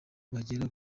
bagera